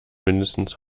mindestens